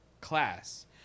class